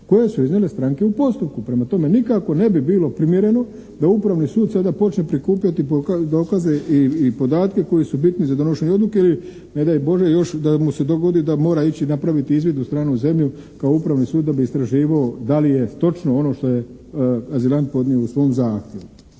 koje su iznijele stranke u postupku. Prema tome, nikako ne bi bilo primjereno da upravni sud sada počne prikupljati dokaze i podatke koji su bitni za donošenje odluke, ili ne daj Bože još da mu se dogodi da mora ići napraviti izvid u stranu zemlju kao upravni sud da bi istraživao da li je točno ono što azilant podnio u svom zahtjevu.